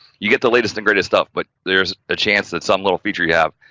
you get the latest and greatest stuff but there's a chance that some little feature you have,